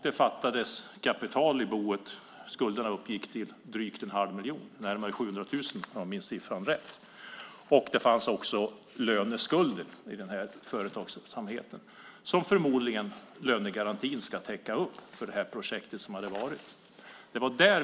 Det fattades kapital i boet. Skulderna uppgick till drygt en halv miljon, närmare 700 000 kronor om jag minns saken rätt. Det fanns också löneskulder i företagsamheten som förmodligen lönegarantin ska täcka upp för projektet.